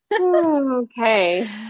Okay